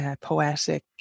poetic